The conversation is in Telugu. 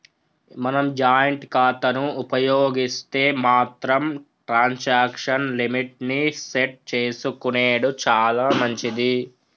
మనం జాయింట్ ఖాతాను ఉపయోగిస్తే మాత్రం ట్రాన్సాక్షన్ లిమిట్ ని సెట్ చేసుకునెడు చాలా మంచిది